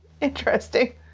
Interesting